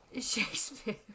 Shakespeare